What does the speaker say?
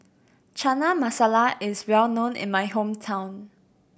Chana Masala is well known in my hometown